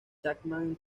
chapman